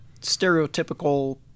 stereotypical